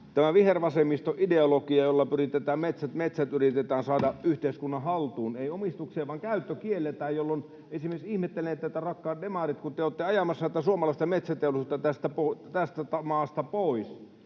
tämä ideologia, jolla metsät yritetään saada yhteiskunnan haltuun, ei omistukseen vaan käyttö kielletään. Ihmettelen esimerkiksi tätä, rakkaat demarit, että te olette ajamassa suomalaista metsäteollisuutta tästä maasta pois.